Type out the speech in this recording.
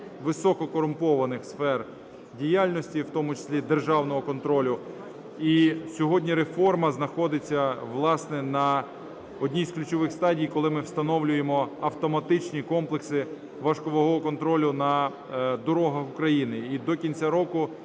висококорумпованих сфер діяльності, в тому числі державного контролю. І сьогодні реформа знаходиться, власне, на одній з ключових стадій, коли ми встановлюємо автоматичні комплекси важковагового контролю на дорогах України. І до кінця року